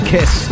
Kiss